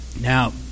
Now